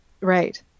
Right